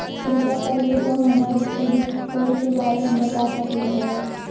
कृपया कर के तों हमर सिबिल स्कोर के बारे में बता सकलो हें?